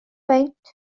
beint